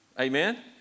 amen